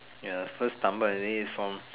ya first stumbled and then it forms